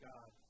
God